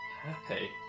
Happy